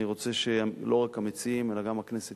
אני רוצה שלא רק המציעים אלא גם הכנסת